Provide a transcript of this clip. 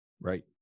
Right